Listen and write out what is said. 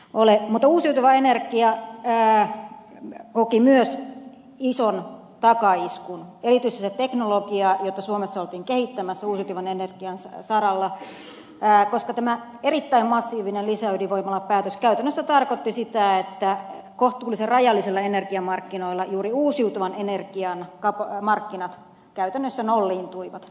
mutta uusiutuva energia koki myös ison takaiskun erityisesti se teknologia jota suomessa oltiin kehittämässä uusiutuvan energian saralla koska tämä erittäin massiivinen lisäydinvoimalapäätös käytännössä tarkoitti sitä että kohtuullisen rajallisilla energiamarkkinoilla juuri uusiutuvan energian markkinat käytännössä nolliintuivat